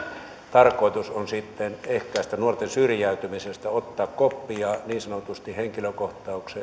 tarkoitus on ehkäistä nuorten syrjäytymistä ottaa koppia niin sanotusti henkilökohtaisen